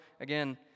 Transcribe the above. again